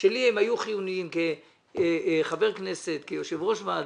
שלי היו חיוניים כחבר כנסת וכיושב-ראש ועדה.